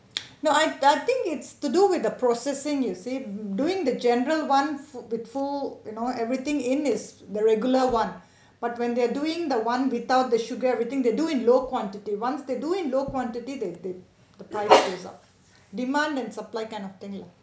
no I I I think it's to do with the processing you see doing the general one full with full you know everything in is the regular one but when they're doing the one without the sugar everything they do in low quantity once they do in low quantity they they the price will goes up demand and supply kind of thing lah